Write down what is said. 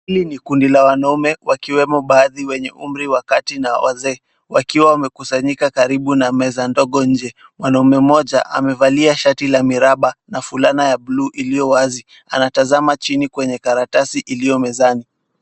Hili ni mkundi la wanaume wakiwemo baadhi wenye umri wa kati na wazee wakiwa wamekusanyika karibu na meza ndogo nje. Mwanaume mmoja amevalia shati la miraba na fulana ya bluu iliyo wazi, anatazama chini kwenye karatasi iliyo mezani.